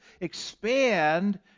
Expand